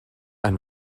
ein